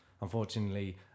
unfortunately